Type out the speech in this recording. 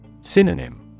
Synonym